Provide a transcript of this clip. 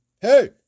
hey